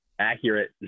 accurate